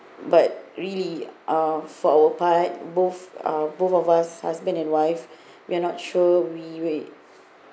but really uh for our part both uh both of us husband and wife we're not sure we will